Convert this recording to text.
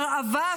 הרעבה,